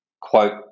quote